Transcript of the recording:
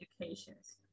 educations